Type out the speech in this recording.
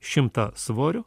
šimtą svorio